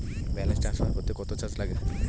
Balance transfer করতে কত charge লাগে?